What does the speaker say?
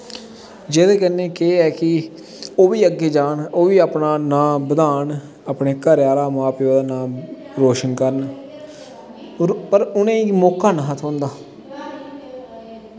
जेह्दे कन्नै केह् ऐ कि ओह् बी अग्गें जान ओह् बी अपना नांऽ बधान अपने घरे आह्लें दा अपने मां प्यो दा नांऽ रोशन करन पर उ'नेंगी मौका नेईं हा थ्होंदा